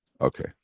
Okay